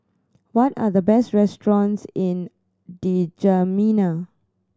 what are the best restaurants in Djamena